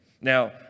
now